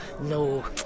no